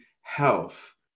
health